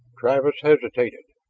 travis hesitated.